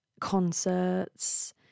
concerts